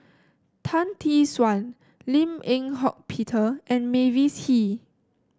Tan Tee Suan Lim Eng Hock Peter and Mavis Hee